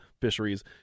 fisheries